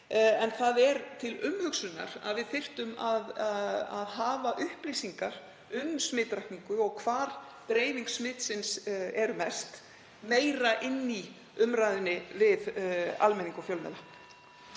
En það er til umhugsunar að við þyrftum að hafa upplýsingar um smitrakningu og hvar dreifing smitsins er mest meira inni í umræðunni við almenning og fjölmiðla.